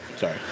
sorry